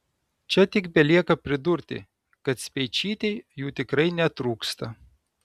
čia tik belieka pridurti kad speičytei jų tikrai netrūksta